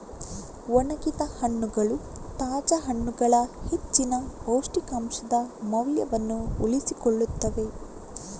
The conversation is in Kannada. ಒಣಗಿದ ಹಣ್ಣುಗಳು ತಾಜಾ ಹಣ್ಣುಗಳ ಹೆಚ್ಚಿನ ಪೌಷ್ಟಿಕಾಂಶದ ಮೌಲ್ಯವನ್ನು ಉಳಿಸಿಕೊಳ್ಳುತ್ತವೆ